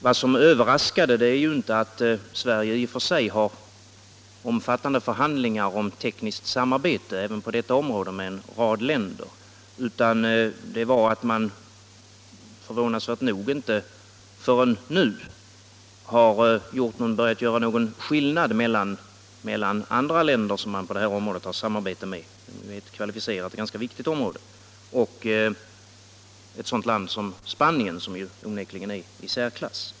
Vad som överraskade var ju inte att Sverige i och för sig har omfattande förhandlingar om tekniskt samarbete även på detta område med en rad länder, utan det var att man inte förrän nu har börjat göra någon skillnad mellan andra länder som man har samarbete med på detta kvalificerade och ganska viktiga område och ett sådant land som Spanien, som onekligen är i särklass.